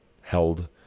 held